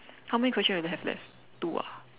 how many question do we have left two ah